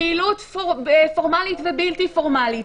אבל פעילות פורמלית ובלתי פורמלית,